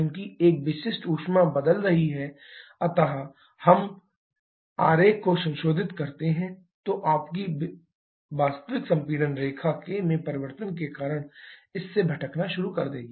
चूंकि एक विशिष्ट ऊष्मा बदल रही है अतः यदि हम आरेख को संशोधित करते हैं तो आपकी वास्तविक संपीड़न रेखा k में परिवर्तन के कारण इस से भटकना शुरू कर देगी